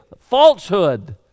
falsehood